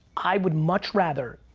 i would much rather,